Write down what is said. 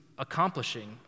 accomplishing